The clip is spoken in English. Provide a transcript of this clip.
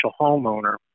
homeowner